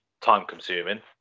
time-consuming